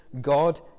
God